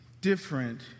different